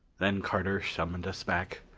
then carter summoned us back,